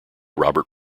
robert